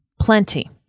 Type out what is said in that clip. Plenty